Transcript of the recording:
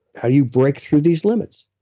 how do you break through these limits?